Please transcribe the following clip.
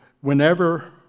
whenever